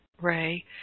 ray